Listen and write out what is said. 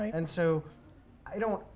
and so i don't,